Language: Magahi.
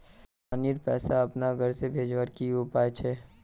पानीर पैसा अपना घोर से भेजवार की उपाय छे?